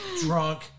Drunk